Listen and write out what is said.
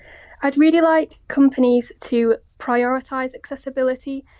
i'd really like companies to prioritise accessibility.